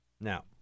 Now